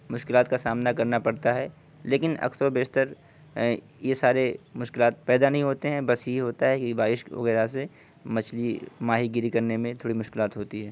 مشکلات کا سامنا کرنا پڑتا ہے لیکن اکثر و بیشتر یہ سارے مشکلات پیدا نہیں ہوتے ہیں بس یہ ہوتا ہے کہ بارش وغیرہ سے مچھلی ماہی گیری کرنے میں تھوڑی مشکلات ہوتی ہے